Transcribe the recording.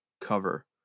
cover